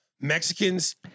Mexicans